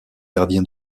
gardien